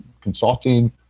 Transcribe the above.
consulting